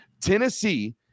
Tennessee